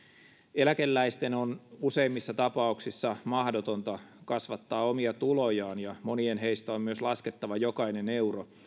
eläkeläisten on useimmissa tapauksissa mahdotonta kasvattaa omia tulojaan ja monien heistä on myös laskettava jokainen euro